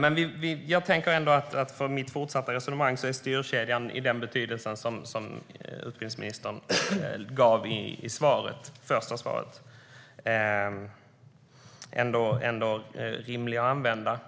Men i mitt fortsatta resonemang är styrkedjan, i den betydelse som utbildningsministern använde i sitt första svar, ändå rimlig att använda.